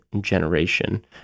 generation